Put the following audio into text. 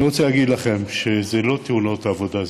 אני רוצה להגיד לכם שזה לא תאונות עבודה,